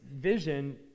vision